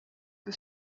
que